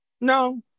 no